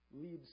leads